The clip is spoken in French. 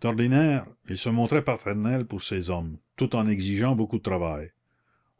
d'ordinaire il se montrait paternel pour ses hommes tout en exigeant beaucoup de travail